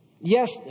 Yes